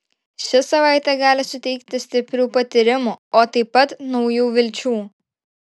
ši savaitė gali suteikti stiprių patyrimų o taip pat naujų vilčių